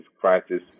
crisis